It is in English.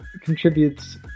contributes